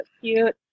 cute